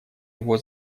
его